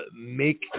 make